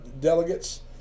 delegates